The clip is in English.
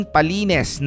Palines